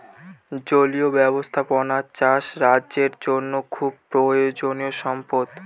জলীয় ব্যাবস্থাপনা চাষ রাজ্যের জন্য খুব প্রয়োজনীয়ো সম্পদ